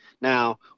now